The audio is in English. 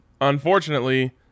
Unfortunately